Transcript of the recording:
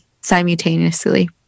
simultaneously